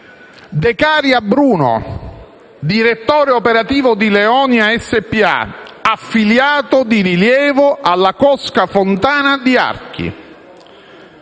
De Caria Bruno, direttore operativo di Leonia spa, affiliato di rilievo alla cosca Fontana di Archi;